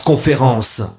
conférence